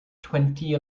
twenty